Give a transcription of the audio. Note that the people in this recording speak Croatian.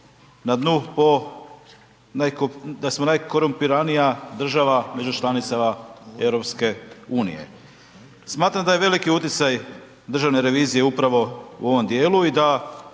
na dnu po najkorumpiranija država među članicama EU-a. Smatram da je veliki utjecaj Državne revizije upravo u ovom djelu i da